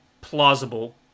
plausible